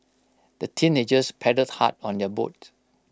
the teenagers paddled hard on their boat